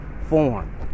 form